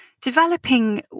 developing